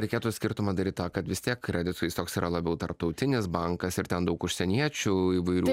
reikėtų skirtumą daryt kad vis tiek kreditui jis toks yra labiau tarptautinis bankas ir ten daug užsieniečių įvairių